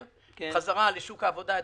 את החבר'ה הצעירים בחזרה לשוק העבודה.